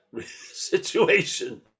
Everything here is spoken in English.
situation